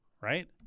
right